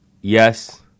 Yes